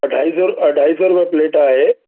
अढाई सौ अढाई सौ रुपए प्लेट आहे